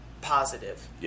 positive